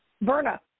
Verna